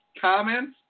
comments